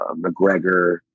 mcgregor